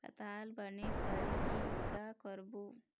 पताल बने फरही का करबो?